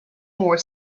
more